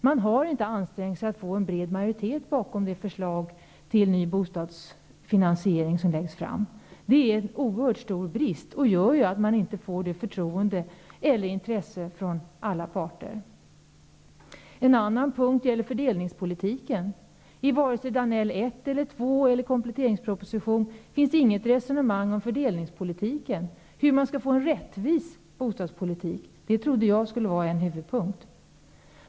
Man har inte ansträngt sig för att få en bred majoritet bakom det förslag till ny bostadsfinansiering som nu läggs fram. Det är en oerhörd brist, som gör att man inte får förtroende och inte väcker intresse hos alla parter. En annan punkt som vi kritiserar gäller fördelningspolitiken. I varken Danells del 1 och del 2 eller kompletteringspropositionen finns det något resonemang om fördelningspolitiken, hur man skall få en rättvis bostadspolitik. Det trodde jag skulle vara en huvudpunkt.